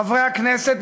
חברי הכנסת,